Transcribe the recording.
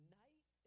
night